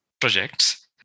projects